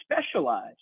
specialize